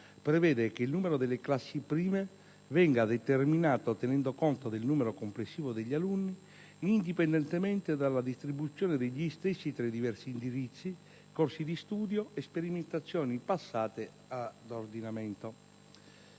prevede che il numero delle classi prime venga determinato tenendo conto del numero complessivo degli alunni, indipendentemente dalla distribuzione degli stessi tra i diversi indirizzi, corsi di studio e sperimentazioni passate ad ordinamento.